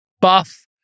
buff